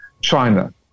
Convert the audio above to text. China